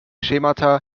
schemata